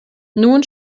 nun